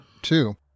two